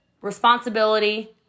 responsibility